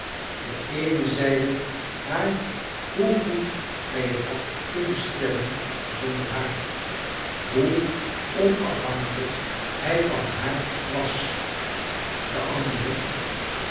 de eene zeide haar hoe goed hij het had kunnen stellen zonder haa r hoe onafhankelijk hij van haar kleine dormt was de andere